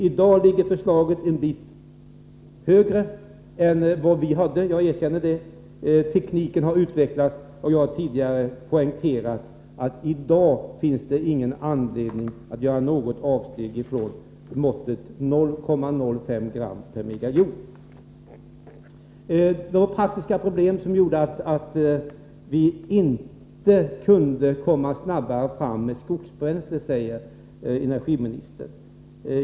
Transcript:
I dag ligger förslaget något högre — jag erkänner det. Tekniken har utvecklats. Jag har tidigare poängterat att det i dag inte finns någon anledning att göra avsteg från värdet 0,05 g/MJ. Det var praktiska problem som gjorde att vi inte kunde komma snabbare fram beträffande skogsbränslen, säger energiministern.